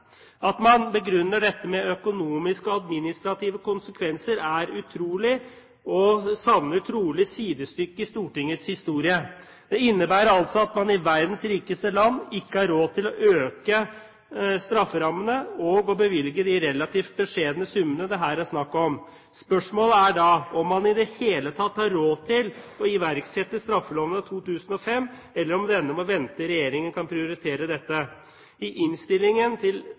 At man begrunner dette med økonomiske og administrative konsekvenser, er utrolig og savner trolig sidestykke i Stortingets historie. Det innebærer altså at man i verdens rikeste land ikke har råd til å øke strafferammene og å bevilge de relativt beskjedne summene det her er snakk om. Spørsmålet er da om man i det hele tatt har råd til å iverksette straffeloven av 2005, eller om denne må vente til regjeringen kan prioritere dette. I innstillingen til